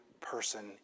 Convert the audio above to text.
person